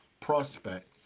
prospect